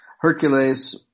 Hercules